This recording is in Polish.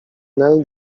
nel